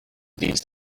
these